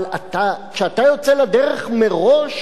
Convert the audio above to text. אבל אתה, כשאתה יוצא לדרך מראש